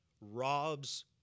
robs